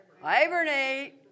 Hibernate